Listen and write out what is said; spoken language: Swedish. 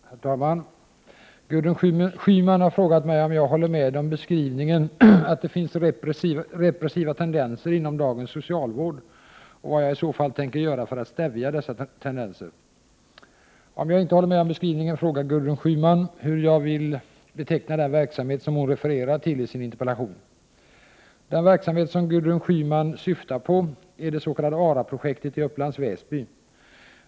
Herr talman! Gudrun Schyman har frågat mig om jag håller med om beskrivningen att det finns repressiva tendenser inom dagens socialvård och vad jag i så fall tänker göra för att stävja dessa tendenser. Om jag inte håller med om beskrivningen frågar Gudrun Schyman hur jag vill beteckna den verksamhet som hon refererar till i sin interpellation. Den verksamhet som Gudrun Schyman syftar på är det s.k. ARA projektet i Upplands Väsby.